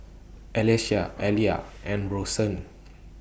Alecia Aliya and Bronson